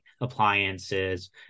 appliances